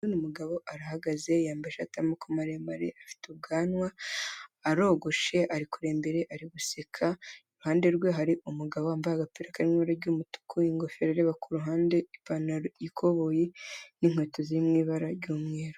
Uyu ni umugabo arahagaze, yambaje ishati yamaboko maremare, afite ubwanwa, arogoshe ari kureba imbere, ari guseka, iruhande rwe hari umugabo wambaye agapira k'amabara y'umutuku, ingofero ireba ku ruhande, ipantaro y'ikoboyi n'inkweto ziri mu ibara ry'umweru.